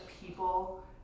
people